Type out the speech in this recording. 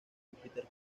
júpiter